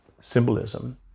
symbolism